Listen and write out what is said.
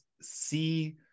see